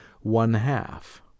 one-half